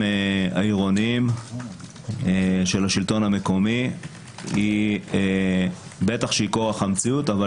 העירוניים של השלטון המקומי בטח שהיא כורח המציאות.